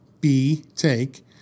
B-take